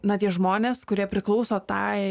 na tie žmonės kurie priklauso tai